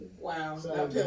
Wow